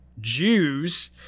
Jews